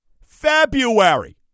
February